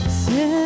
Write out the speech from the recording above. see